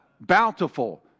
Bountiful